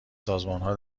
سازمانها